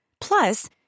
Plus